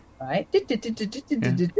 right